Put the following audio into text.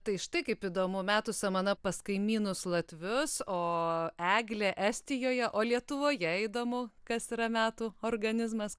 tai štai kaip įdomu metų samana pas kaimynus latvius o eglė estijoje o lietuvoje įdomu kas yra metų organizmas